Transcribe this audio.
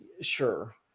Sure